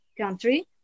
country